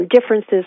differences